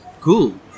Cool